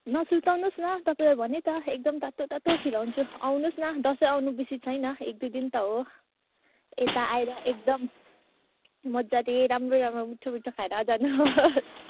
नसुर्ताउनु होस् न तपाईँलाई भनेँ त एकदम तातो तातो खुवाउँछु आउनुहोस् न दसैँ आउनु बेसी छैन एक दुई दिन त हो यता आएर एकदम मजाले राम्रो राम्रो मिठो मिठो खाएर जानुहोस्